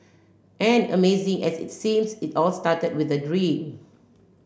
and amazing as it seems it all started with a dream